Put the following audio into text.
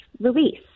release